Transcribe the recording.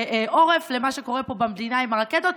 עורף למה שקורה פה במדינה עם הרקטות,